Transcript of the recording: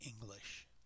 English